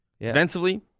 Defensively